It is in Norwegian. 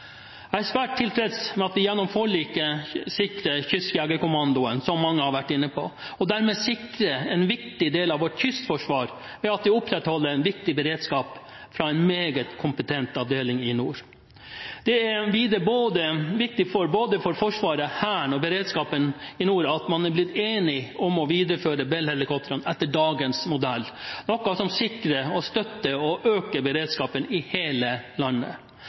Jeg er svært tilfreds med at vi gjennom forliket sikrer Kystjegerkommandoen, som mange har vært inne på, og dermed sikrer en viktig del av vårt kystforsvar ved at vi opprettholder en viktig beredskap fra en meget kompetent avdeling i nord. Det er viktig for både Forsvaret, Hæren og beredskapen i nord at man er blitt enige om å videreføre Bell-helikoptrene etter dagens modell, noe som sikrer, støtter og øker beredskapen i hele landet.